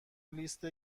لیست